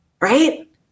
Right